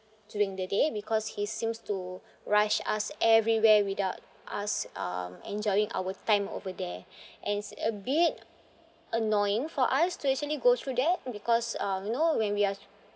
during the day because he seems to rush us everywhere without us um enjoying our time over there and it's a bit annoying for us to actually go through that because um you know when we are